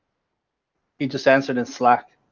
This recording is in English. he just answered in slack.